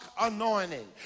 anointing